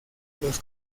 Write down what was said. los